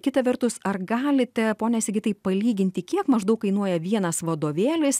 kita vertus ar galite pone sigitai palyginti kiek maždaug kainuoja vienas vadovėlis